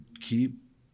Keep